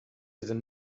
didn’t